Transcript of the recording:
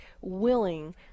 willing